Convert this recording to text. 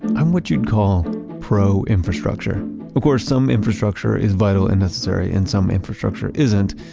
i'm what you'd call pro-infrastructure. of course, some infrastructure is vital and necessary, and some infrastructure isn't,